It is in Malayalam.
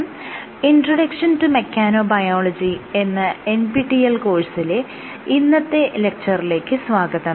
'ഇൻട്രൊഡക്ഷൻ ടു മെക്കാനോബയോളജി' എന്ന NPTEL കോഴ്സിലെ ഇന്നത്തെ ലെക്ച്ചറിലേക്ക് സ്വാഗതം